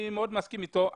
אני מאוד מסכים אתו.